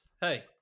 hey